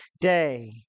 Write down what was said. day